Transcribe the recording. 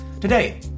Today